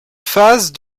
phase